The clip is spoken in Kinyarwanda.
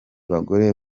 bagore